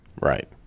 Right